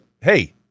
hey